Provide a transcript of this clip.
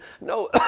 No